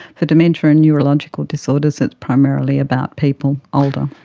for dementia and neurological disorders it's primarily about people older.